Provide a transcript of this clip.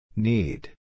Need